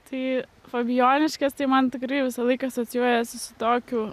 tai fabijoniškės tai man tikrai visą laiką asocijuojasi su tokiu